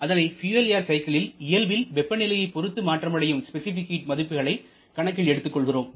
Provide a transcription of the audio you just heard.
அதனை fuel air சைக்கிளில் இயல்பில் வெப்பநிலையைப் பொருத்து மாற்றமடையும் ஸ்பெசிபிக் ஹீட் மதிப்புகளை கணக்கில் எடுத்துக் கொள்கிறோம்